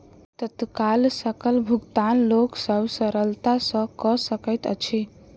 तत्काल सकल भुगतान लोक सभ सरलता सॅ कअ सकैत अछि